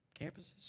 campuses